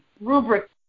rubric